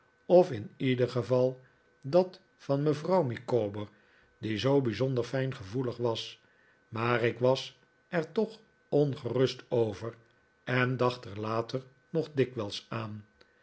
of in ieder geval dat van mevrouw micawber die zoo bijzonder fijngevoelig was maar ik was er toch ongerust over en dacht er later nog dikwijls aan